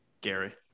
Gary